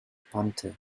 punter